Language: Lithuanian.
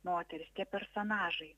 moterys tie personažai